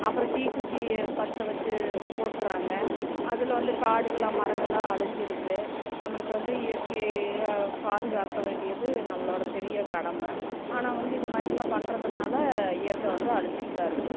அப்புறம் தீக்குச்சியை பற்ற வச்சு போட்டுடறாங்க அதில் வந்து காடுகளெலாம் மரங்களெலாம் அழிஞ்சிடுது நம்மளுக்கு வந்து இயற்கையை பாதுகாக்க வேண்டியது நம்மளோடய பெரிய கடமை ஆனால் வந்து இதுமாதிரிக்கிலாம் பண்ணறதுனால இயற்கை வந்து அழிஞ்சிட்டு தான் இருக்குது